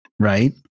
right